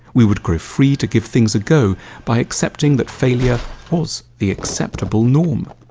we would grow free to give things a go by accepting that failure was the acceptable norm.